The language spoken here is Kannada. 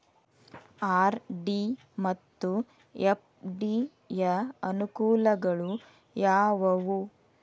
ಆರ್.ಡಿ ಮತ್ತು ಎಫ್.ಡಿ ಯ ಅನುಕೂಲಗಳು ಯಾವವು?